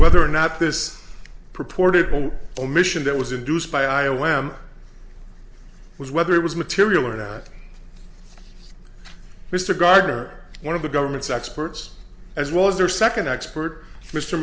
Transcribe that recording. whether or not this purported will omission that was induced by i o m was whether it was material or that mr gardner one of the government's experts as well as their second expert mr